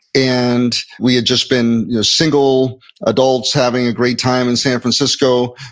and we had just been you know single adults having a great time in san francisco.